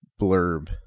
blurb